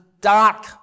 dark